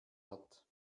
hat